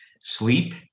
sleep